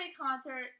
concert